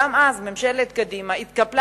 גם אז ממשלת קדימה התקפלה